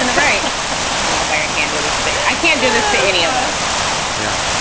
and right now if i and can do this thing, i can't do this to any of us yeah,